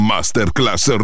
Masterclass